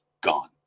gone